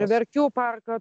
verkių parką